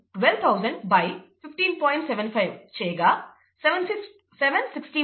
75 చేయగా 761